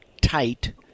tight